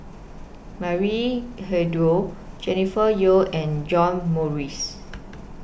Maria Hertogh Jennifer Yeo and John Morrice